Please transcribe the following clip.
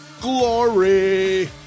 glory